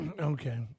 Okay